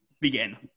begin